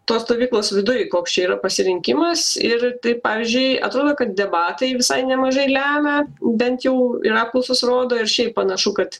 tos stovyklos viduj koks čia yra pasirinkimas ir taip pavyzdžiui atrodo kad debatai visai nemažai lemia bent jau ir apklausos rodo ir šiaip panašu kad